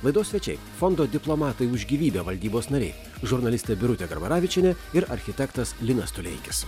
laidos svečiai fondo diplomatai už gyvybę valdybos narė žurnalistė birutė garbaravičienė ir architektas linas tuleikis